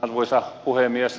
arvoisa puhemies